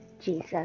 Jesus